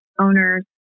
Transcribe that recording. owners